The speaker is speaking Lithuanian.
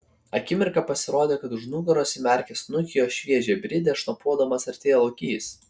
akimirką pasirodė kad už nugaros įmerkęs snukį į jos šviežią brydę šnopuodamas artėja lokys